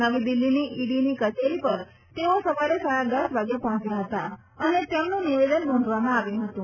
નવી દિલ્હીની ઈડીની કચેરી પર તેઓ સવારે સાડા દસ વાગે પહોંચ્યા હતા અને તેમનું નિવેદન નોંધવામાં આવ્યું હતું